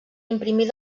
imprimir